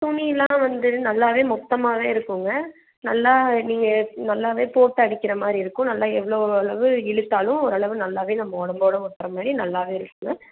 துணில்லாம் வந்து நல்லாவே மொத்தமாகவே இருக்குங்க நல்லா நீங்கள் நல்லாவே போட்டு அடிக்கிற மாதிரி இருக்கும் நல்லா எவ்வளோ அளவு இழுத்தாலும் ஓரளவு நல்லாவே நம்ம உடம்போட ஒட்டுற மாதிரி நல்லாவே இருக்குங்க